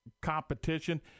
competition